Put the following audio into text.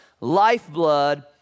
lifeblood